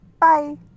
Bye